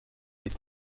est